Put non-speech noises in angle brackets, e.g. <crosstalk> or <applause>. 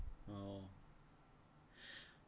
oh <breath>